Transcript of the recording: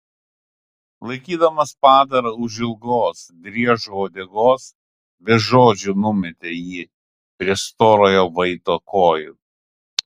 laikydamas padarą už ilgos driežo uodegos be žodžių numetė jį prie storojo vaito kojų